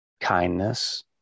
kindness